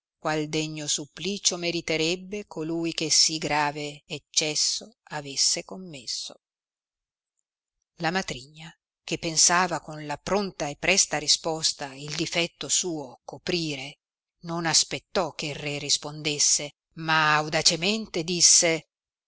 qual degno supplicio meritarebbe colui che sì grave eccesso avesse commesso la matrigna che pensava con la pronta e presta risposta il difetto suo coprire non aspettò che re rispondesse ma audacemente disse